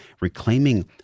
reclaiming